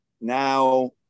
now